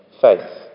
faith